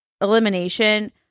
elimination